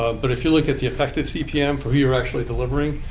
ah but if you look at the effective cpm for who you're actually delivering,